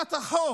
הצעת החוק